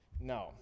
no